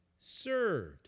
served